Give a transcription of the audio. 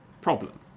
problem